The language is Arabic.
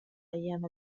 أيام